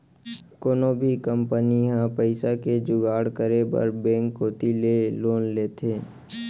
कोनो भी कंपनी ह पइसा के जुगाड़ करे बर बेंक कोती ले लोन लेथे